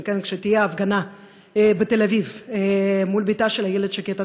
כשתהיה הפגנה בתל אביב מול ביתה של איילת שקד,